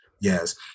Yes